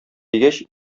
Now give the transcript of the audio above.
дигәч